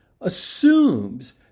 assumes